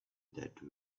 that